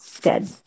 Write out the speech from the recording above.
dead